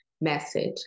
message